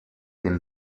dem